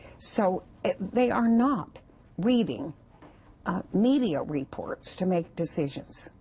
so, they are not reading media reports to make decision.